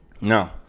No